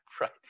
right